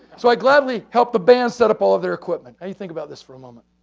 so, i gladly help the band setup all of their equipment. how you think about this for a moment.